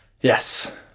Yes